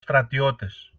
στρατιώτες